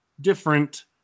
different